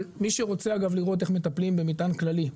מי שרוצה לראות כיצד במטען כללי,